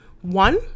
One